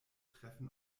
treffen